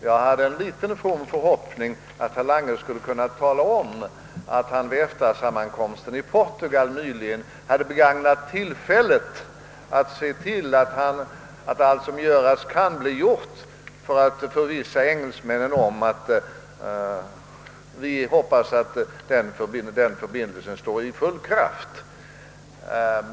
Jag hade en liten from förhoppning om att herr Lange skulle ha kunnat tala om att han vid EFTA-sammankomsten i Portugal nyligen hade begagnat tillfället att se till att allt som göras kan även blir gjort för att förvissa engelsmännen om våra förhoppningar att denna förbindelse är i full kraft.